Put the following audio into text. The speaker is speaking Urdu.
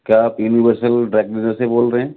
کیا آپ یونیورسل ڈرائی کلینر سے بول رہے ہیں